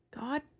God